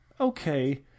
Okay